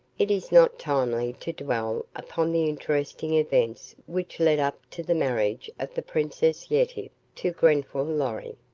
it is not timely to dwell upon the interesting events which led up to the marriage of the princess yetive to grenfall lorry.